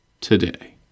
today